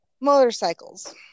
motorcycles